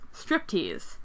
striptease